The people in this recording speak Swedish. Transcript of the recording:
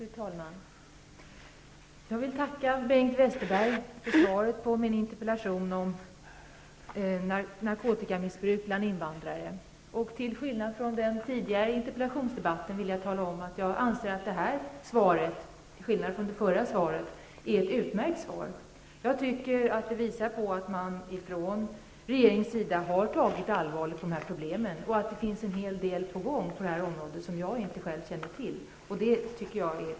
Fru talman! Jag tackar Bengt Westerberg för svaret på min interpellation om narkotikamissbruk bland invandrare. Till skillnad från svaret i den tidigare interpellationsdebatten anser jag att svaret i den här debatten är utmärkt. Det visar att man från regeringens sida har tagit de här problemen på allvar och att en hel del är på gång på detta område som jag inte kände till men som jag tycker är mycket bra.